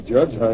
Judge